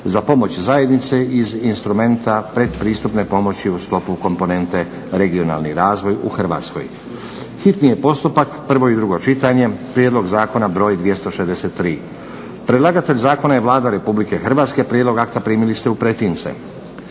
za pomoć zajednice iz instrumenta pretpristupne pomoći u sklopu komponente "Regionalni razvoj" u Hrvatskoj, s Konačnim prijedlogom zakona, hitni postupak, prvo i drugo čitanje, PZ br. 263 Predlagatelj zakona je Vlada RH. Prijedlog akta primili ste u pretince.